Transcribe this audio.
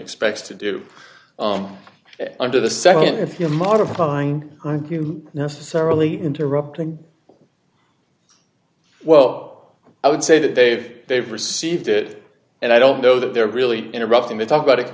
expects to do under the nd if you modifying necessarily interrupting well i would say that they've they've received it and i don't know that they're really interrupting to talk about it